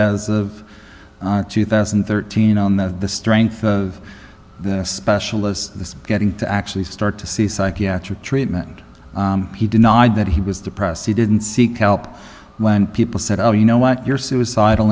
as of two thousand and thirteen on the strength of the specialist this getting to actually start to see psychiatric treatment he denied that he was depressed he didn't seek help when people said oh you know what you're suicidal